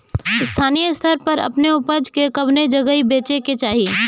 स्थानीय स्तर पर अपने ऊपज के कवने जगही बेचे के चाही?